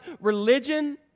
religion